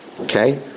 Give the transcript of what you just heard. Okay